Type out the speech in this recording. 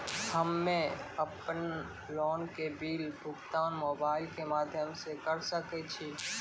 हम्मे अपन लोन के बिल भुगतान मोबाइल के माध्यम से करऽ सके छी?